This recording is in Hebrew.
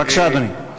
בבקשה, אדוני.